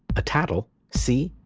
a tattle c.